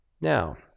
now